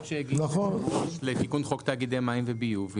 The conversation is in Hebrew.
שהגיש היושב-ראש לתיקון חוק תאגידי מים וביוב.